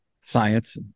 science